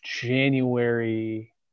January